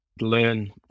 learn